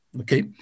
okay